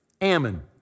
Ammon